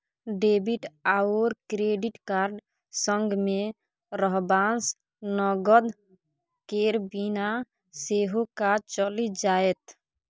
debit आओर credit card संगमे रहबासँ नगद केर बिना सेहो काज चलि जाएत